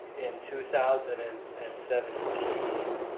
in two thousand and and seventeen.